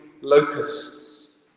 locusts